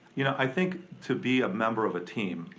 you know i think, to be a member of a team,